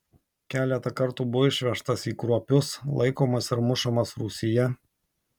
keletą kartų buvo išvežtas į kruopius laikomas ir mušamas rūsyje